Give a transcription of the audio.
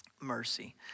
Mercy